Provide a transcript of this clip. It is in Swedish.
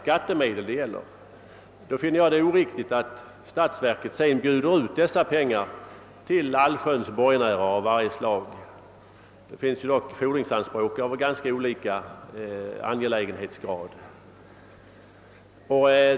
Jag finner det oriktigt att statsverket sedan bjuder ut dessa pengar till allsköns borgenärer — det finns ju fordringsanspråk av mycket olika angelägenhetsgrad.